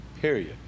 period